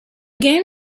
game